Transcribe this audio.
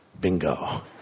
Bingo